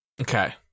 Okay